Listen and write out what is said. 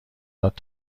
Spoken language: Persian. داد